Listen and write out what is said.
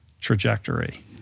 trajectory